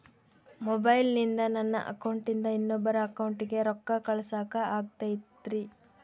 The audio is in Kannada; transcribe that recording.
ಮೊಬೈಲಿಂದ ನನ್ನ ಅಕೌಂಟಿಂದ ಇನ್ನೊಬ್ಬರ ಅಕೌಂಟಿಗೆ ರೊಕ್ಕ ಕಳಸಾಕ ಆಗ್ತೈತ್ರಿ?